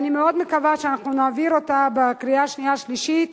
ואני מאוד מקווה שאנחנו נעביר אותה בקריאה שנייה ושלישית